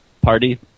party